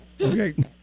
Okay